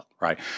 right